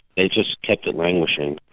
they just kept him languishing.